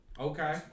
Okay